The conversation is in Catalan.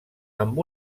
amb